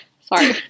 Sorry